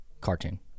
cartoon